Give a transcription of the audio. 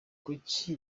kuki